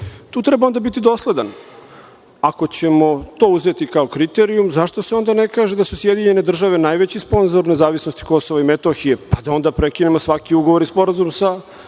Tu treba onda biti dosledan. Ako ćemo to uzeti kao kriterijum, zašto se onda ne kaže da su Sjedinjene države najveći sponzor nezavisnosti Kosova i Metohije, pa da onda prekinemo svaki ugovor i sporazum sa